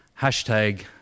Hashtag